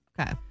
Okay